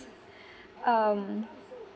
um